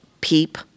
PEEP